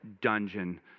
dungeon